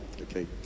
Okay